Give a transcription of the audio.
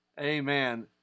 Amen